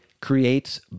creates